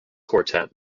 quartet